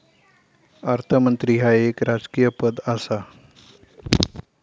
अर्थमंत्री ह्या एक राजकीय पद आसा